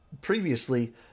previously